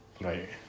Right